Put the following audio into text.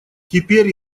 теперь